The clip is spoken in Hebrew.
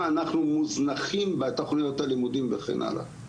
אנחנו מוזנחים בתוכניות הלימודים וכן הלאה,